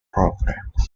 programs